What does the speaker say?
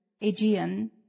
Aegean